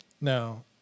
No